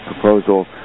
proposal